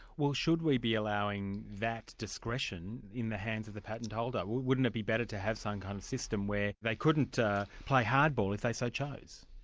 well should we be allowing that discretion in the hands of the patent holder? wouldn't it be better to have some kind of system where they couldn't play hardball if they so chose?